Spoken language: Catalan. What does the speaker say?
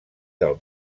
del